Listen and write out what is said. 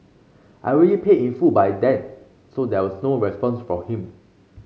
I already paid in full by then so there was no response from him